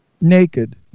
Naked